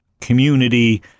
community